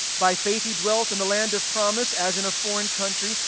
by faith he dwelt in the land of promise as in a foreign country,